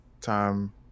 time